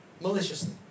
maliciously